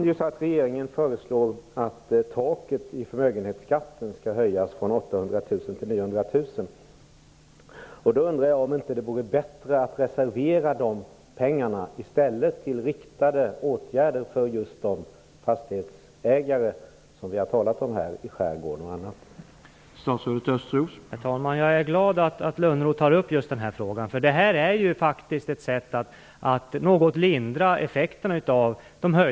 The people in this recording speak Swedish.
Herr talman! Regeringen föreslår att taket i förmögenhetsskatten skall höjas från 800 000 kronor till 900 000 kronor. Jag undrar om det i stället inte vore bättre att reservera de pengarna för riktade åtgärder för just de fastighetsägare som vi har talat om i skärgården och på andra platser.